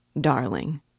darling